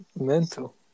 Mental